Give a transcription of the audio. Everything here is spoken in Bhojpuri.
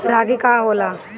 रागी का होला?